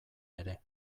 ere